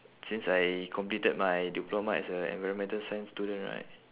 since I completed my diploma as a environmental science student right